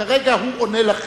כרגע הוא עונה לכם.